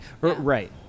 Right